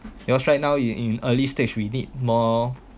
because right now you in early stage we need more